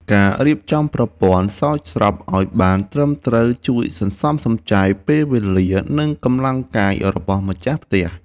ការរៀបចំប្រព័ន្ធស្រោចស្រពឱ្យបានត្រឹមត្រូវជួយសន្សំសំចៃពេលវេលា និងកម្លាំងកាយរបស់ម្ចាស់ផ្ទះ។